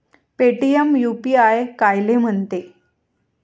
Paytm UPI कायले म्हनते?